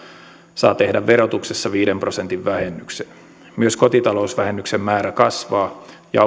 saa tehdä verotuksessa viiden prosentin vähennyksen myös kotitalousvähennyksen määrä kasvaa ja